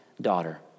daughter